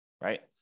right